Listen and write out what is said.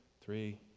three